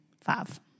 five